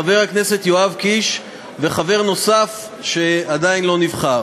חבר הכנסת יואב קיש וחבר נוסף שעדיין לא נבחר,